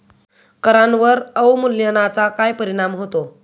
करांवर अवमूल्यनाचा काय परिणाम होतो?